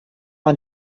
man